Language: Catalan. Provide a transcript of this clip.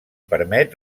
permet